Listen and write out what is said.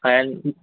and